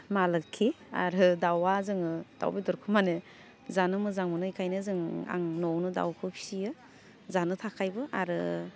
मा लोक्षि आरो दावा जोङो दाउ बेदरखौ माहोनो जानो मोजां मोनो एखायनो जों आं न'वावनो दाउखौ फिसियो जानो थाखायबो आरो